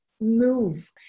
move